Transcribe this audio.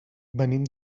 venim